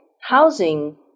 housing